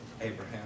Abraham